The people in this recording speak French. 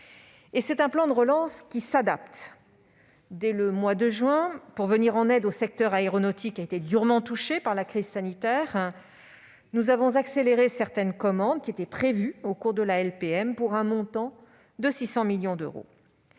ailleurs un plan de relance qui s'adapte : dès le mois de juin dernier, pour venir en aide au secteur aéronautique durement touché par la crise sanitaire, nous avons accéléré certaines commandes prévues au cours de la LPM, pour un montant de 600 millions d'euros.